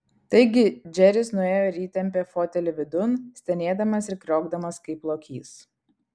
taigi džeris nuėjo ir įtempė fotelį vidun stenėdamas ir kriokdamas kaip lokys